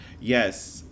Yes